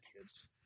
kids